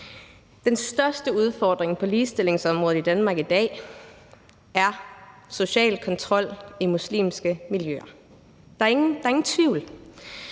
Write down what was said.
Den største udfordring på ligestillingsområdet i Danmark i dag er social kontrol i muslimske miljøer. Der er ingen tvivl